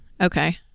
Okay